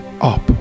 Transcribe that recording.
up